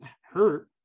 hurt